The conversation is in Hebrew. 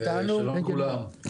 שלום לכולם.